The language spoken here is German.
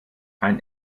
ein